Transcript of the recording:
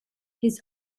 his